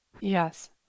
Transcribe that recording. Yes